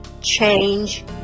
change